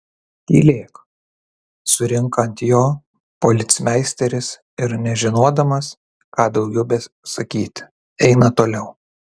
tylėk surinka ant jo policmeisteris ir nežinodamas ką daugiau besakyti eina toliau